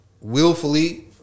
willfully